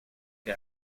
que